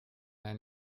ein